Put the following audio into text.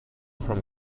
from